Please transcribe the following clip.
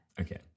Okay